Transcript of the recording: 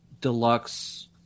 deluxe